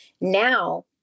now